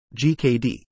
GKD